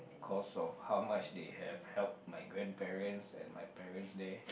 cause of how much they have helped my grandparents and my parents there